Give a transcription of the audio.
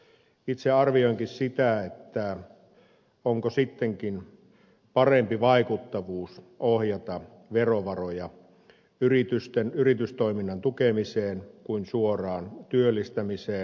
itse arvioinkin sitä onko sittenkin parempi vaikuttavuus ohjata verovaroja yritysten yritystoiminnan tukemiseen kuin suoraan työllistämiseen